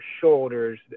shoulders